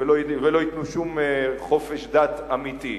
ולא יביאו שום חופש דת אמיתי.